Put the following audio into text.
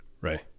Right